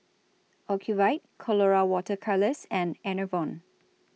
Ocuvite Colora Water Colours and Enervon